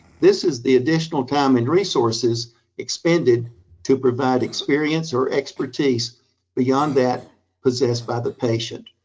this is the additional time and resources expended to provide experience or expertise beyond that possessed by the patient.